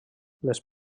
les